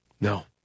No